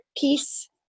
peace